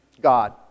God